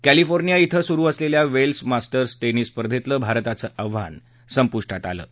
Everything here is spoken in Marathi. कॅलिफोर्निया इथं सुरु असलेल्या वेल्स मास्टर्स टेनिस स्पर्धेतलं भारताचं आव्हान संपुष्टात आलं आहे